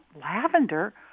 lavender